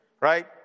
right